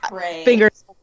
fingers